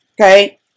Okay